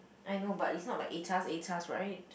I know but it's not like atas atas right